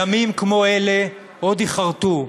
ימים כמו אלה עוד ייחרתו,